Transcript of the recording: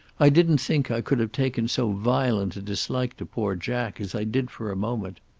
i didn't think i could have taken so violent a dislike to poor jack as i did for a moment.